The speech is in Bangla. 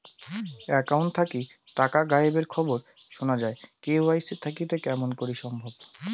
একাউন্ট থাকি টাকা গায়েব এর খবর সুনা যায় কে.ওয়াই.সি থাকিতে কেমন করি সম্ভব?